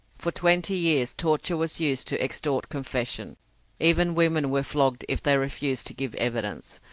for twenty years torture was used to extort confession even women were flogged if they refused to give evidence,